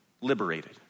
liberated